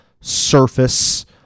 surface